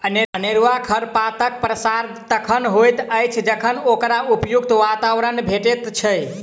अनेरूआ खरपातक प्रसार तखन होइत अछि जखन ओकरा उपयुक्त वातावरण भेटैत छै